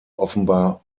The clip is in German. offenbar